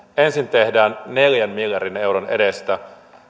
ensin tehdään neljän miljardin euron edestä